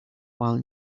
while